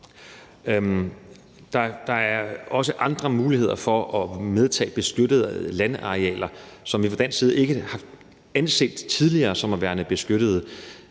Der er også andre muligheder for at medtage beskyttede landarealer, som vi fra dansk side ikke tidligere har anset som værende beskyttede.